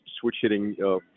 switch-hitting